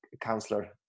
counselor